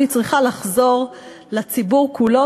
והיא צריכה לחזור לציבור כולו,